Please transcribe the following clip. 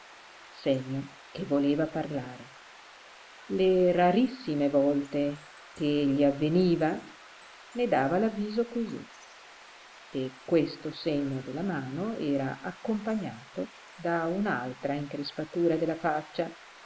segno che voleva parlare le rarissime volte che gli avveniva ne dava l'avviso così e questo segno della mano era accompagnato da un'altra increspatura della faccia